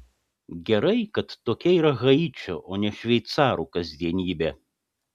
gerai kad tokia yra haičio o ne šveicarų kasdienybė